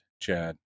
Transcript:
Chad